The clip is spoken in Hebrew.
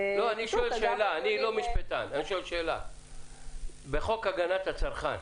פשוט --- אני שואל שאלה: בחוק הגנת הצרכן,